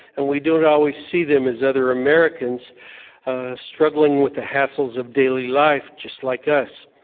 and we don't always see them as other americans struggling with the hassles of daily life just like us.